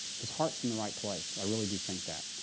his heart's in the rate place. i really do think that.